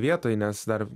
vietoj nes dar